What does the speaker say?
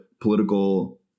political